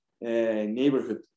neighborhood